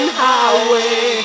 highway